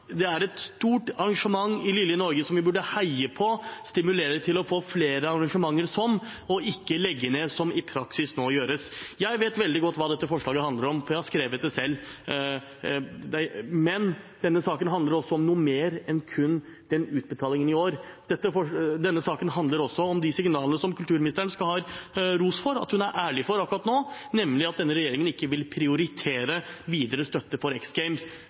Det er et stort arrangement i lille Norge, som vi burde heie på og stimulere til å få flere arrangementer som, og ikke legge ned, som det i praksis nå gjøres. Jeg vet veldig godt hva dette forslaget handler om, for jeg har skrevet det selv, men denne saken handler også om noe mer enn kun den utbetalingen i år. Denne saken handler også om de signalene kulturministeren skal ha ros for at hun er ærlig om akkurat nå, nemlig at denne regjeringen ikke vil prioritere videre støtte for